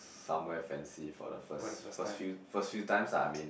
somewhere fancy for the first first few first few times lah I mean